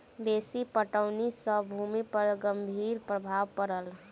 बेसी पटौनी सॅ भूमि पर गंभीर प्रभाव पड़ल